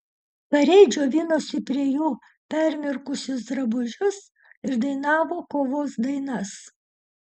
kariai džiovinosi prie jų permirkusius drabužius ir dainavo kovos dainas